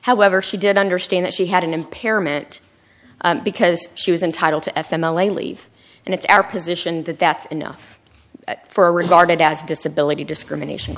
however she did understand that she had an impairment because she was entitled to f m elaine leave and it's our position that that's enough for regarded as disability discrimination